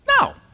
No